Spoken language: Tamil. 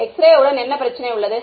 எக்ஸ்ரே உடன் என்ன பிரச்சனை உள்ளது